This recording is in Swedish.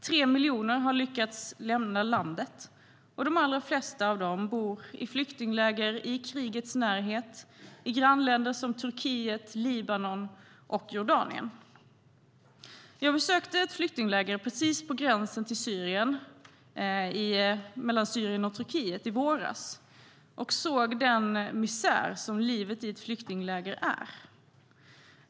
Tre miljoner har lyckats lämna landet och de allra flesta av dem bor i flyktingläger i krigets närhet i grannländer som Turkiet, Libanon och Jordanien. Jag besökte ett flyktingläger precis på gränsen mellan Syrien och Turkiet i våras och såg den misär som livet i ett flyktingläger är.